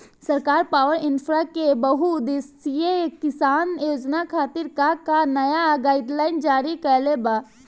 सरकार पॉवरइन्फ्रा के बहुउद्देश्यीय किसान योजना खातिर का का नया गाइडलाइन जारी कइले बा?